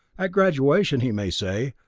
at graduation, he may say,